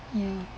ya